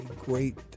great